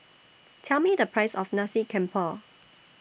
Tell Me The Price of Nasi Campur